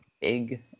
big